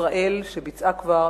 ישראל, שביצעה כבר